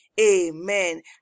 Amen